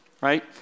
right